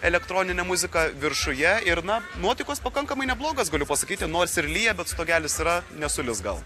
elektroninę muziką viršuje ir na nuotaikos pakankamai neblogos galiu pasakyti nors ir lyja bet stogelis yra nesulis gal